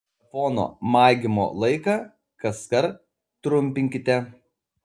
telefono maigymo laiką kaskart trumpinkite